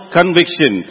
conviction